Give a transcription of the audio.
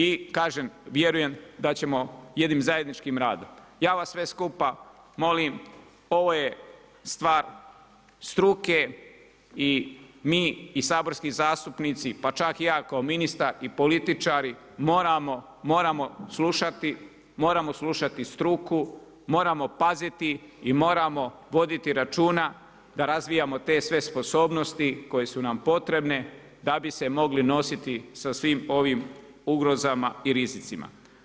I kažem, vjerujem da ćemo jednim zajedničkim radom, ja vas sve skupa molim, ovo je stvar struke i mi i saborski zastupnici, pa čak i ako ministar i političari moramo slušati struku, moramo paziti i moramo voditi računa da razvijamo te sve sposobnosti koje su nam potrebne da bi se mogli nositi sa svim ovim ugrozama i rizicima.